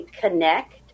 connect